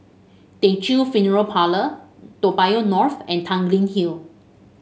Teochew Funeral Parlour Toa Payoh North and Tanglin Hill